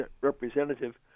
representative